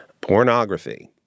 Pornography